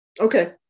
okay